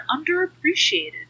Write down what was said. underappreciated